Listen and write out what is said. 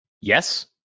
Yes